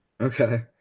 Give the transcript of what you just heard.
okay